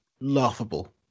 laughable